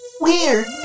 Weird